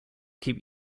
keep